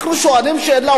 אנחנו שואלים שאלה.